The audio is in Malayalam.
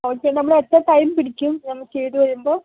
ഓക്കെ നമ്മൾ എത്ര ടൈം പിടിക്കും ഇതൊക്കെ ചെയ്തു വരുമ്പോൾ